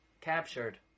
captured